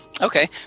okay